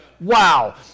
Wow